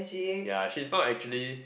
ya she's not actually